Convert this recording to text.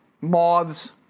Moths